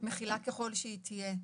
מכילה ככל שהיא תהיה.